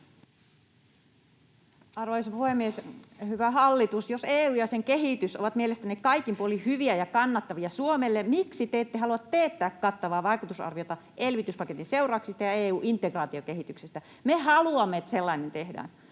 Arvoisa puhemies! Hyvä hallitus, jos EU ja sen kehitys ovat mielestänne kaikin puolin hyviä ja kannattavia Suomelle, miksi te ette halua teettää kattavaa vaikutusarviota elvytyspaketin seurauksista ja EU:n integraatiokehityksestä? Me haluamme, että sellainen tehdään.